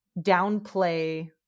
downplay